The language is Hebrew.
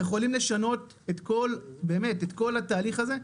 הם יכולים לשנות את כל התהליך הזה.